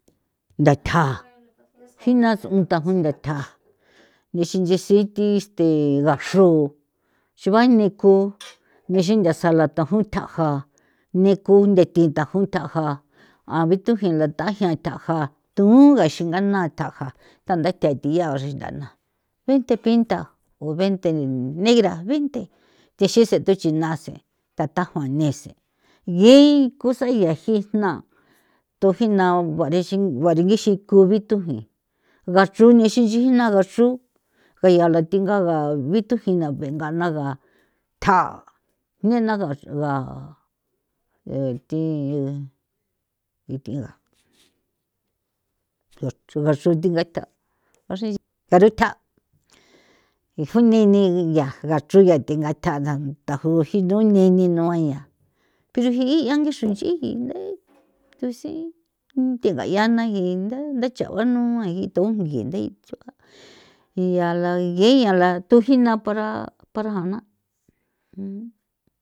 Ntha thja jina ts'un tajon nda thja nixin ndisithi este ngaxru xruane kunixin ntha sala thajon thaja ni ko nthe thi thajo thaja a bithujin la thajia thu ngaxin ngana thaja thanthete thia xingana binthe kintha o binthe negra, binthe thixise thuche na se tha tajoa nese ngi cosa yaji jna' thujinao barexin baringixin ko bithujin ngachru nixin nchi jina ngachru kaia la tingaga bithujin na bengathja nena ga thi thiga ngaxru thingatha ntarithja y xruini nii geeya ngachruia the ngathja thajo jinu neni nua ya pero ji angixi xiji nunthe thu si thengaya na ndachao nua ngii nthujin nthe iala ge iala thujina para para jana.